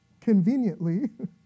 conveniently